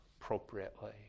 appropriately